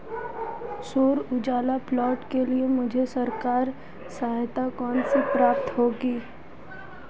सौर ऊर्जा प्लांट के लिए मुझे सरकारी सहायता कैसे प्राप्त होगी?